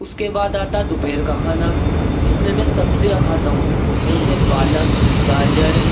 اس کے بعد آتا ہے دوپہر کا کھانا جس میں میں سبزیاں کھاتا ہوں جیسے پالک گاجر